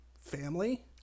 family